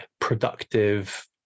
productive